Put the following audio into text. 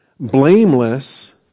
blameless